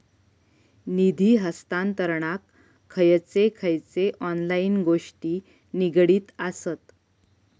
निधी हस्तांतरणाक खयचे खयचे ऑनलाइन गोष्टी निगडीत आसत?